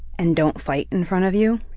and don't fight in front of you,